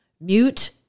Mute